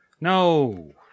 No